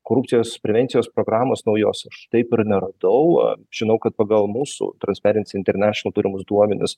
korupcijos prevencijos programos naujos aš taip ir neradau žinau kad pagal mūsų transperens internešilan turimus duomenis